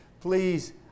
please